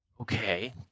Okay